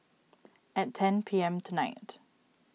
at ten P M tonight